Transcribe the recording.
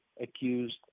accused